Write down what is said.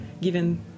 given